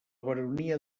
baronia